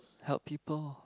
help people